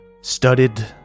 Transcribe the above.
studded